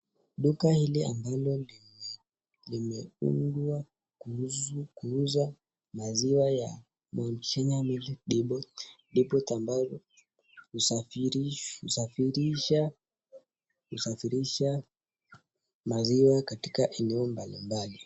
Duka hili ambalo limefungwa kuuza maziwa ya Mout kenya Milk Deport ambayo ushafirisha maziwa katika eneo mbali mbali.